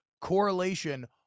correlation